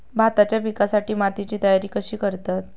भाताच्या पिकासाठी मातीची तयारी कशी करतत?